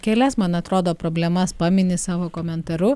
kelias man atrodo problemas pamini savo komentaru